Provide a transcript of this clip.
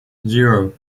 zero